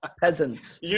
Peasants